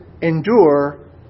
endure